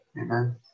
Amen